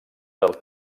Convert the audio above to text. del